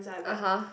(uh huh)